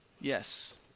Yes